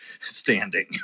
standing